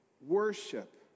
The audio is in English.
worship